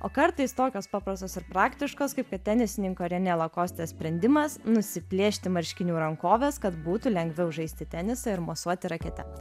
o kartais tokios paprastos ir praktiškos kaip kad tenisininko rene lakoste sprendimas nusiplėšti marškinių rankoves kad būtų lengviau žaisti tenisą ir mosuoti rakete